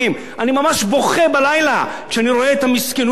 אני ממש בוכה בלילה כשאני רואה את המסכנות שלהם.